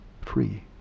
free